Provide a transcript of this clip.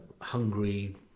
hungry